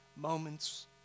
moments